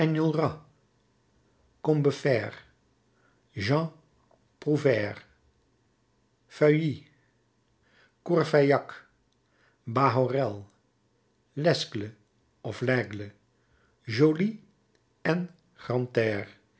combeferre jean prouvaire feuilly courfeyrac bahorel lesgle of laigle joly en